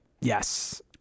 Yes